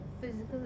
physical